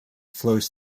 flows